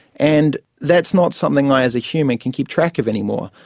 and that's not something i as a human can keep track of anymore.